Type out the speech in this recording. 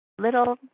little